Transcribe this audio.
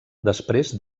després